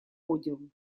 подиум